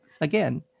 again